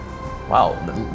Wow